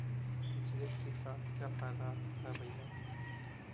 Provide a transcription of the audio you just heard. GST का क्या फायदा है भैया?